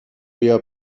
بیا